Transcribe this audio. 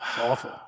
Awful